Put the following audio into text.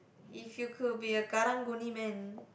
if you could be a Karang-Guni man